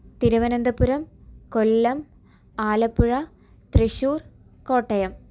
Thiruvananthapuram Kollam Alappuzha Thrissur Kottayam